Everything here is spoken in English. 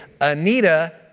Anita